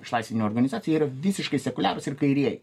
išlaisvinimo organizacija jie yra visiškai sekuliarūs ir kairieji